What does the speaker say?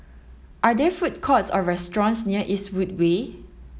are there food courts or restaurants near Eastwood Way